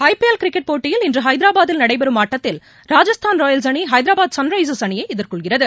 ஐ PL cricket போட்டியில் இன்றுஐதராபாதில் நடைபெறும் ஆட்டத்தில் ராஜஸ்தான் ராயல்ஸ் அணிஐதராபாத் சன்ரைஸர்ஸ் அணியைஎதிர் கொள்கிறது